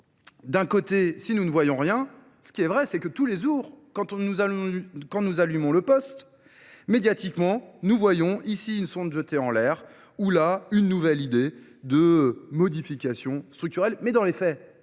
d'un côté, si nous ne voyons rien, ce qui est vrai, c'est que tous les jours, quand nous allumons le poste, médiatiquement, nous voyons ici une sonde jetée en l'air, où là, une nouvelle idée de modification structurelle. Mais dans les faits,